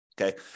Okay